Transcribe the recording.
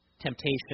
temptation